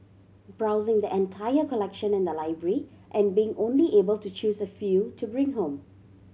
browsing the entire collection in the library and being only able to choose a few to bring home